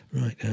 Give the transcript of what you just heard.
Right